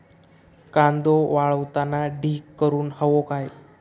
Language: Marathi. कांदो वाळवताना ढीग करून हवो काय?